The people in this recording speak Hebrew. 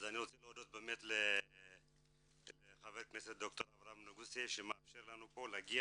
אז אני רוצה להודות לחבר הכנסת ד"ר אברהם נגוסה שמאפשר לנו להגיע,